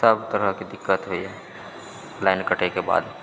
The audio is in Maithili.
सब तरहके दिक्कत होइया लाइन कटए के बाद